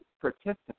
participant